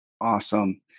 Awesome